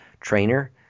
trainer